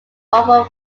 offer